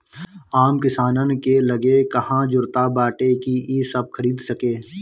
आम किसानन के लगे कहां जुरता बाटे कि इ सब खरीद सके